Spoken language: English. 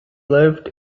lives